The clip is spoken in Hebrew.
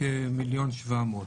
כ-1.7 מיליון.